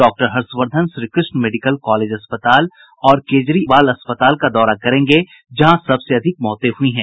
doctor Harshvardhan Shrikrishna medical college अस्पताल और केजरीवाल अस्पताल का दौरा करेंगे जहां सबसे अधिक मौतें हुई हैं